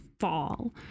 fall